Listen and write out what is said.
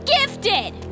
gifted